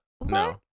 No